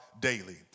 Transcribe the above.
daily